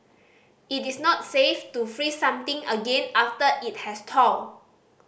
it is not safe to freeze something again after it has thawed